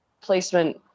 placement